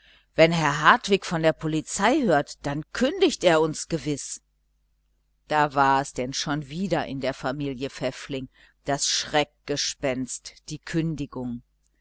wenn herr hartwig von der polizei hört dann kündigt er uns da war es denn schon wieder in der familie pfäffling das schreckgespenst die kündigung